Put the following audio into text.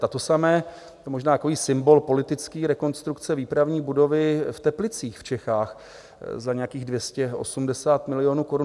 A to samé, je to možná takový symbol politický, rekonstrukce výpravní budovy v Teplicích v Čechách za nějakých 280 milionů korun.